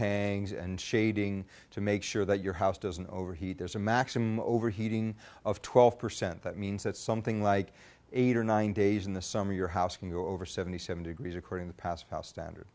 hangs and shading to make sure that your house doesn't overheat there's a maximum overheating of twelve percent that means that something like eight or nine days in the summer your house can go over seventy seven degrees record in the past how standard